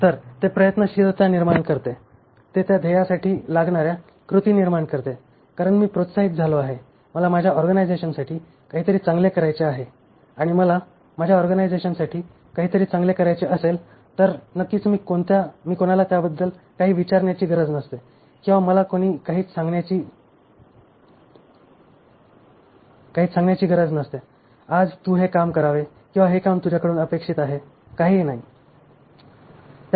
तर ते प्रयत्नशीलता निर्माण करते आणि ते त्या ध्येयासाठी लागणाऱ्या कृती निर्माण करतेकारण मी प्रोत्साहित झालो आहे मला माझ्या ऑर्गनायझेशनसाठी काहीतरी चांगले करायचे आहे आणि मला माझ्या ऑर्गनायझेशनसाठी काहीतरी चांगले करायचे असेल तर नक्कीच मी कोणाला त्याबद्दल काही विचारायची गरज नसते किंवा कोणी मला कोणीच काहीच सांगायची गरज नसते की आज तू हे काम करावे किंवा हे काम तुझ्याकडून अपेक्षित आहे काहीही नाही